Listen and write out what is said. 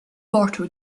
bartow